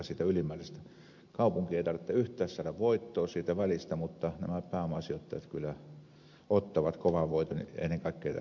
kaupungin ei tarvitse yhtään saada voittoa siitä välistä mutta nämä pääomasijoittajat kyllä ottavat kovan voiton ennen kaikkea tässä tilanteessa